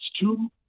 two